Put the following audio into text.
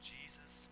Jesus